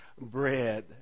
bread